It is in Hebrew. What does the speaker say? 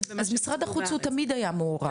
-- אז משרד החוץ הוא תמיד היה מעורב,